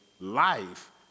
life